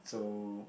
so